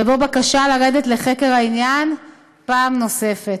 ובו בקשה לרדת לחקר העניין פעם נוספת.